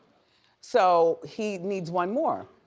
so he needs one more.